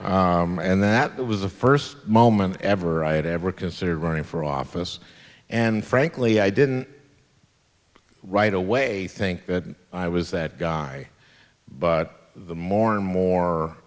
but and that was the first moment ever i had ever considered running for office and frankly i didn't right away think that i was that guy but the more and more